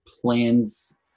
plans